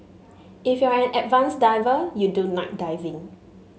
if you're an advanced diver you do night diving